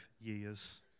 years